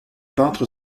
peintre